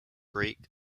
greek